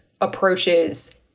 approaches